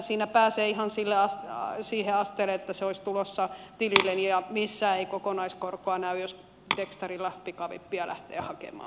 siinä pääsee ihan sille asteelle että se olisi tulossa tilille ja missään ei kokonaiskorkoa näy jos tekstarilla pikavippiä lähtee hakemaan